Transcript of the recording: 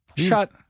Shut